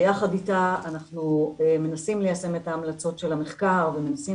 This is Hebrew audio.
ביחד איתה אנחנו מנסים ליישם את ההמלצות של המחקר ומנסים